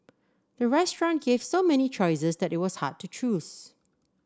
the restaurant gave so many choices that it was hard to choose